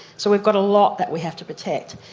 so we've got a lot that we have to protect.